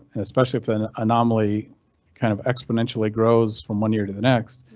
and especially if the anomaly kind of exponentially grows from one year to the next.